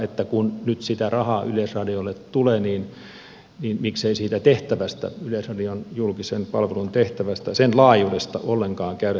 että kun nyt sitä rahaa yleisradiolle tulee niin miksei siitä tehtävästä yleisradion julkisen palvelun tehtävästä sen laajuudesta ollenkaan käydä keskustelua